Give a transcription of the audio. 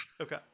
Okay